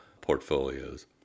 portfolios